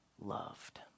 loved